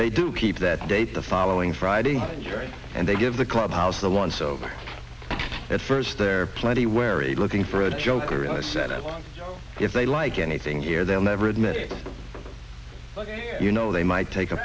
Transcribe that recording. they do keep that date the following friday injury and they give the clubhouse alonso at first they're plenty wary looking for a joker in the set up so if they like anything here they'll never admit it you know they might take a